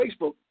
Facebook